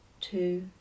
two